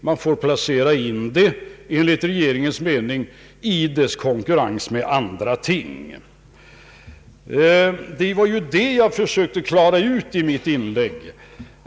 Man får, enligt regeringens mening, placera in en sådan reform i konkurrens med andra ting. Det var det jag försökte klargöra i mitt förra inlägg.